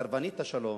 סרבנית השלום,